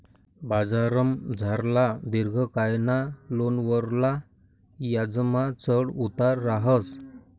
बजारमझारला दिर्घकायना लोनवरला याजमा चढ उतार रहास